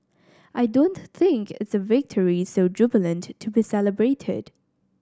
I don't think it's a victory so jubilant to be celebrated